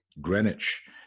Greenwich